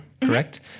correct